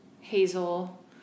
Hazel